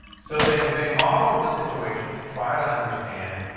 so they they modeled the situation to try to understand, you